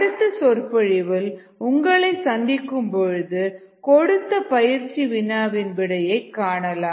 அடுத்த சொற்பொழிவில் உங்களை சந்திக்கும் பொழுது கொடுத்த பயிற்சி வினாவின் விடையை காணலாம்